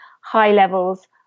high-levels